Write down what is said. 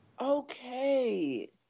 okay